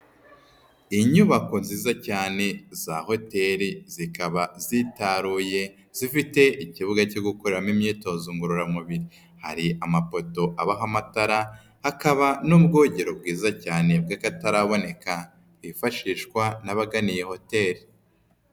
Inyubako nziza cyane za hoteri, zikaba zitaruye, zifite ikibuga cyo gukoreramo imyitozo ngororamubiri. Hari amapoto abaho amatara, hakaba n'ubwogero bwiza cyane bw'akataraboneka, bwifashishwa n'abagana iyi hoteri.